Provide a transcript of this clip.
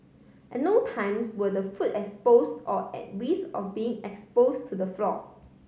at no times were the food exposed or at risk of being exposed to the floor